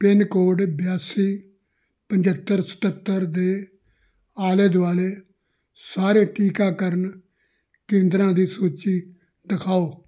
pin code ਬਿਆਸੀ ਪੰਝੱਤਰ ਸਤੱਤਰ ਦੇ ਆਲੇ ਦੁਆਲੇ ਸਾਰੇ ਟੀਕਾਕਰਨ ਕੇਂਦਰਾਂ ਦੀ ਸੂਚੀ ਦਿਖਾਓ